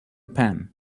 pen